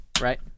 Right